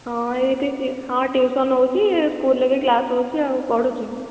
ହଁ ଏଇଠି ହଁ ଟ୍ୟୁସନ୍ ହେଉଛି ସ୍କୁଲ୍ରେ ବି କ୍ଲାସ୍ ହେଉଛି ଆଉ ପଢ଼ୁଛି